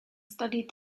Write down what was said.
studied